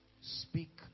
speak